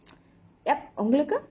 yup உங்களுக்கு:ungalukku